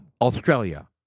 Australia